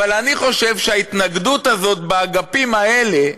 אבל אני חושב שההתנגדות הזאת באגפים האלה,